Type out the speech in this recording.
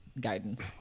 guidance